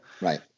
Right